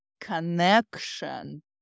connection